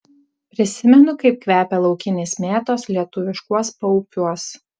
prisimenu kaip kvepia laukinės mėtos lietuviškuos paupiuos